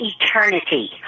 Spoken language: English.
eternity